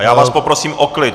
Já vás poprosím o klid!